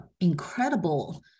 incredible